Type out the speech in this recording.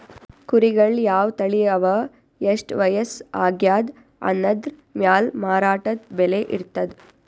ಕುರಿಗಳ್ ಯಾವ್ ತಳಿ ಅವಾ ಎಷ್ಟ್ ವಯಸ್ಸ್ ಆಗ್ಯಾದ್ ಅನದ್ರ್ ಮ್ಯಾಲ್ ಮಾರಾಟದ್ ಬೆಲೆ ಇರ್ತದ್